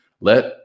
Let